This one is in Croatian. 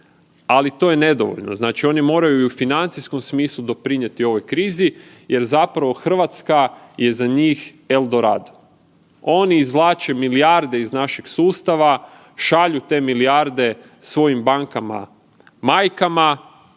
ali to je nedovoljno, znači oni moraju i u financijskom smislu doprinijeti ovoj krizi jer zapravo Hrvatska je za njih El Dorado. Oni izvlače milijarde iz našeg sustava, šalju te milijarde svojim bankama majkama